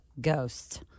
ghosts